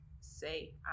say